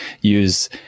use